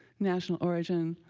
national origin,